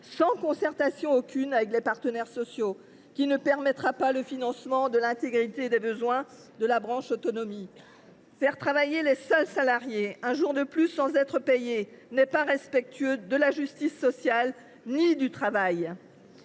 sans concertation aucune avec les partenaires sociaux, qui ne permettra pas le financement de l’intégralité des besoins de la branche autonomie. Faire travailler les seuls salariés un jour de plus sans qu’ils soient payés n’est respectueux ni de la justice sociale ni du travail.